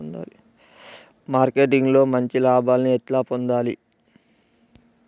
Marketing లో మంచి లాభాల్ని ఎట్లా పొందాలి?